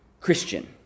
Christian